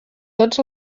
tots